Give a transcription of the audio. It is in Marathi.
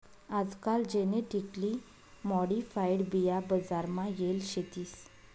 आजकाल जेनेटिकली मॉडिफाईड बिया बजार मा येल शेतीस